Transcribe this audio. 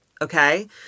Okay